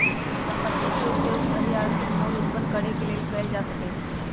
संपत्ति के उपयोग सही आर्थिक मोल उत्पन्न करेके लेल कएल जा सकइ छइ